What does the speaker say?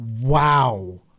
wow